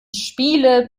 spiele